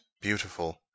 beautiful